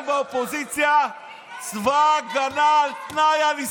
באופוזיציה לצבא הגנה על תנאי לישראל.